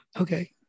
Okay